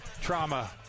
trauma